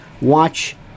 watch